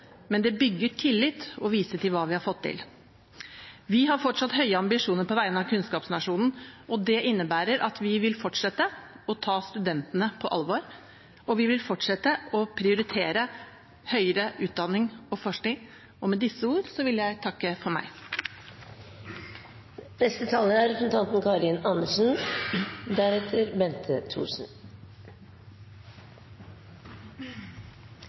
men det bygger tillit å vise til hva vi har fått til. Vi har fortsatt høye ambisjoner på vegne av kunnskapsnasjonen. Det innebærer at vi vil fortsette å ta studentene på alvor, og vi vil fortsette å prioritere høyere utdanning og forskning. Med disse ordene vil jeg takke for meg. I et land der regjeringen skryter av at alt er